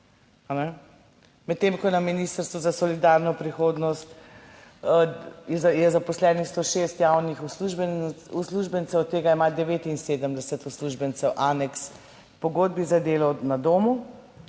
Medtem ko na Ministrstvu za solidarno prihodnost je zaposlenih 106 javnih uslužbencev, od tega ima 79 uslužbencev aneks pogodbi za delo na domu,